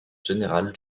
générale